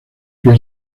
que